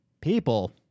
people